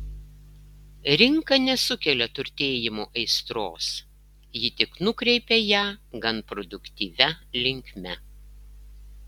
rinka nesukelia turtėjimo aistros ji tik nukreipia ją gan produktyvia linkme